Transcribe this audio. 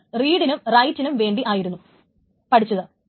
അത് റീഡിനും റൈറ്റിനും വേണ്ടിയായിരുന്നു പഠിച്ചത്